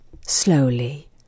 slowly